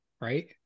right